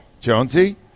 Jonesy